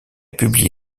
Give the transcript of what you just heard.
publié